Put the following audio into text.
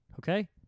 okay